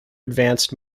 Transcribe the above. advanced